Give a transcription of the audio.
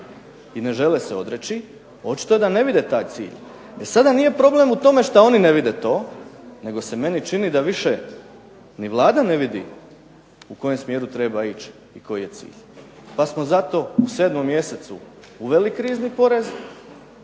i ne žele se odreći očito je da ne vide taj cilj. E sada nije problem u tome što oni ne vide to nego se meni čini da više ni Vlada ne vidi u kojem smjeru treba ići i koji je cilj. Pa smo zato u 7. mjesecu uveli krizni porez